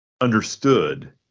understood